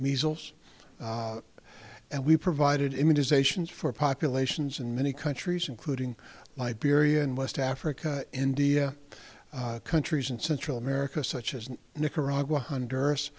measles and we provided immunizations for populations in many countries including liberia in west africa india countries in central america such as nicaragua honduras